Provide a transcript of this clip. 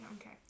Okay